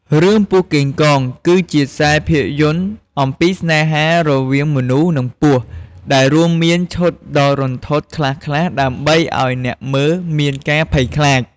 រឿង ពស់កេងកង គឺជាខ្សែភាពយន្តអំពីស្នេហារវាងមនុស្ស និងពស់ ដែលរួមមានឈុតដ៏រន្ធត់ខ្លះៗដើម្បីឲ្យអ្នកមើលមានការភ័យខ្លាច។